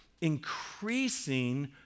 increasing